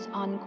on